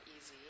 easy